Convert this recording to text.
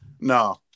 No